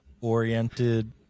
oriented